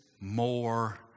more